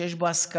שיש בו השכלה,